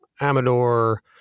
Amador